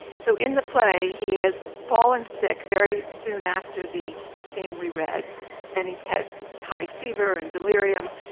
so in the play he has fallen sick very soon after the scene we read and he has had high fever and delirium,